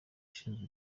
ushinzwe